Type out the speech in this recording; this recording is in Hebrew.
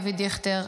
אבי דיכטר,